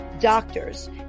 doctors